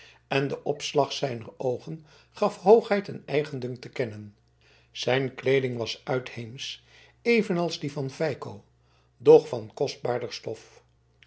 en de opslag zijner oogen gaf hoogheid en eigendunk te kennen zijn kleeding was uitheemsch evenals die van feiko doch van kostbaarder stof